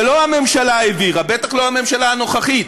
זה לא הממשלה העבירה, בטח לא הממשלה הנוכחית.